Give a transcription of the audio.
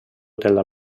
della